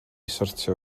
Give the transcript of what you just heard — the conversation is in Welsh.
sortio